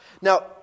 Now